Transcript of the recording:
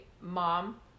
mom